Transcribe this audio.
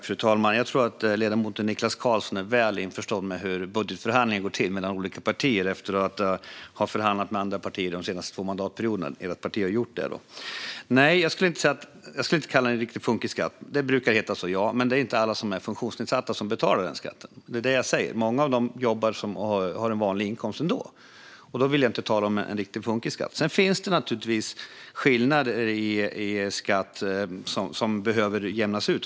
Fru talman! Jag tror att ledamoten Niklas Karlsson är väl införstådd med hur budgetförhandlingar mellan olika partier går till efter att Socialdemokraterna har förhandlat med andra partier de senaste två mandatperioderna. Nej, jag skulle inte kalla det för en riktig funkisskatt. Den brukar kallas så. Men det är inte alla som är funktionsnedsatta som betalar denna skatt. Det är det som jag säger. Många av dem jobbar och har en vanlig inkomst ändå. Då vill jag inte tala om en riktig funkisskatt. Sedan finns det naturligtvis skillnader i skatter som behöver jämnas ut.